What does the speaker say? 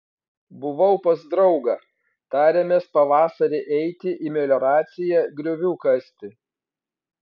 buvau pas draugą tarėmės pavasarį eiti į melioraciją griovių kasti